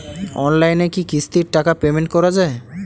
অনলাইনে কি কিস্তির টাকা পেমেন্ট করা যায়?